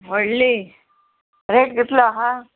व्हडली रेट कितलो आहा